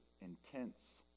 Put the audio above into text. intense